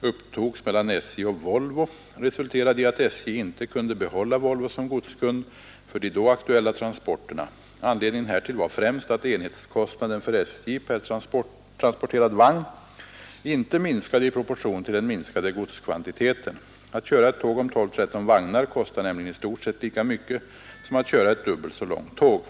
upptogs mellan SJ och Volvo resulterade i att SJ inte kunde behålla Volvo som godskund för de då aktuella transporterna. Anledningen härtill var främst att enhetskostnaden för SJ per transporterad vagn inte minskade i proportion till den minskade godskvantiteten. Att köra ett tåg om 12—13 vagnar kostar nämligen i stort sett lika mycket som att köra ett dubbelt så långt tåg.